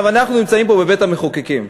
אנחנו נמצאים פה בבית-המחוקקים.